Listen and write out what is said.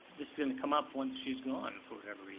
this is gonna come up once she's gone for whatever